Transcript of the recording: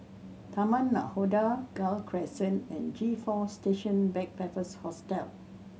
Taman Nakhoda Gul Crescent and G Four Station Backpackers Hostel